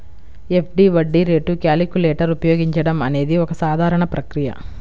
FD వడ్డీ rate calculator ఉపయోగించడం అనేది ఒక సాధారణ ప్రక్రియ